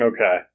Okay